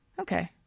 Okay